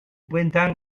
printemps